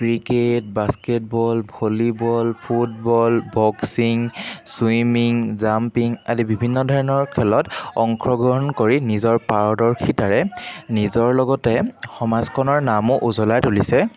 cricket basketball volleyball football boxing swimming jumping আদি বিভিন্ন ধৰণৰ খেলত অংশগ্ৰহণ কৰি নিজৰ পাৰদৰ্শিতাৰে নিজৰ লগতে সমাজখনৰ নামো উজ্বলাই তুলিছে